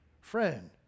Friend